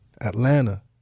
Atlanta